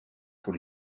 pour